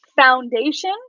foundation